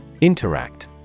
Interact